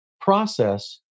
process